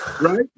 right